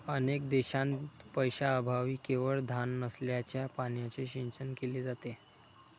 अनेक देशांत पैशाअभावी केवळ घाण नाल्याच्या पाण्याने सिंचन केले जाते